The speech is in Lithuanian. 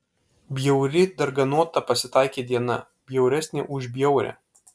bjauri darganota pasitaikė diena bjauresnė už bjaurią